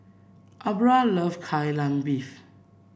Aubra loves Kai Lan Beef